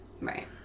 Right